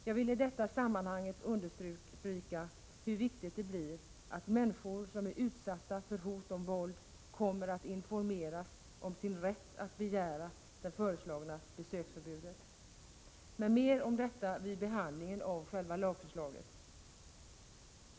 Jag vill i detta sammanhang understryka hur viktigt det är att människor som är utsatta för hot om våld kommer att informeras om sin rätt att begära det föreslagna besöksförbudet, men mer om detta vid behandlingen av själva lagförslaget.